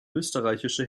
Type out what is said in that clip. österreichische